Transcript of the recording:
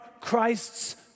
Christ's